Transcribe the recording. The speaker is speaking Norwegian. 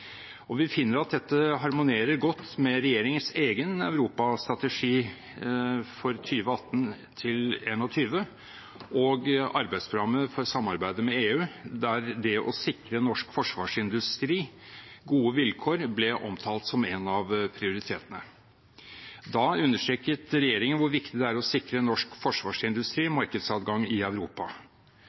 Vi finner at dette harmonerer godt med regjeringens egen europastrategi for 2018–2021 og arbeidsprogrammet for samarbeidet med EU, der det å sikre norsk forsvarsindustri gode vilkår ble omtalt som en av prioritetene. Da understreket regjeringen hvor viktig det er å sikre norsk forsvarsindustri markedsadgang i Europa.